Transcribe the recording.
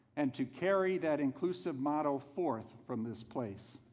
and to carry that inclusive motto forth from this place.